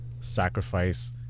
sacrifice